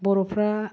बर'फ्रा